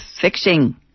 fixing